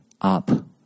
up